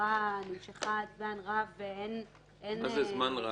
חקירה נמשכה זמן רב ואין הצדקה --- מה זה זמן רב?